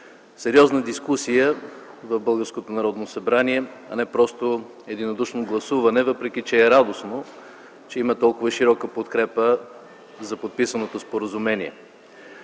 Народно събрание, а не просто единодушно гласуване, въпреки че е радостно, че има толкова широка подкрепа за подписаното споразумение.